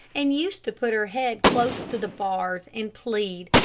and used to put her head close to the bars and plead,